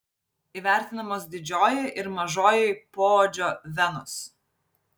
įvertinamos didžioji ir mažoji poodžio venos